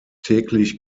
täglich